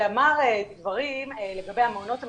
שאמר דברים לגבי המעונות הממשלתיים,